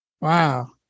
Wow